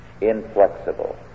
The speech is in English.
inflexible